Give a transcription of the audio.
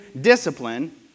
discipline